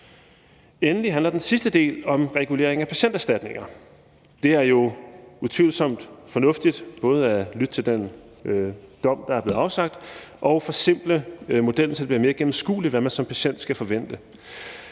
Endelig handler den sidste del om reguleringen af patienterstatninger. Det er jo utvivlsomt fornuftigt både at lytte til den dom, der er blevet afsagt, og at forsimple modellen, så det bliver mere gennemskueligt, hvad man som patient skal forvente.